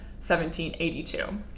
1782